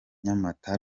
nyamata